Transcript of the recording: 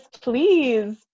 please